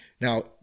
Now